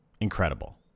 Incredible